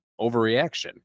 overreaction